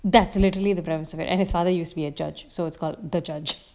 that's literally the premise of it and his father used to be a judge so it's called the judge